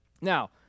Now